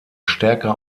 stärker